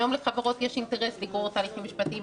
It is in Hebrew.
היום לחברות יש אינטרס לגרור תהליכים משפטיים